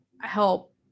help